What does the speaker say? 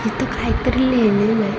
इथं कायतरी लिहिलेलं आहे